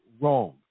wrong